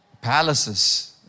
palaces